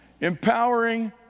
Empowering